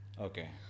Okay